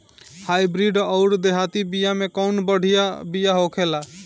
Hybrid अउर देहाती बिया मे कउन बढ़िया बिया होखेला?